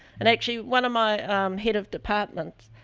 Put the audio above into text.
and actually, one of my head of departments,